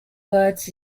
words